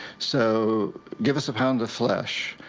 so give us a pound of flesh.